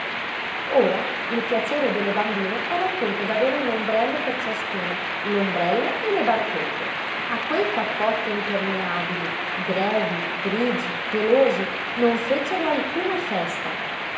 ora il piacere delle bambine era appunto d'avere un ombrello per ciascuna l'ombrello e le barchette a quei cappotti impermeabili grevi grigi pelosi non fecero alcuna festa